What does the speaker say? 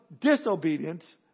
disobedience